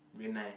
when I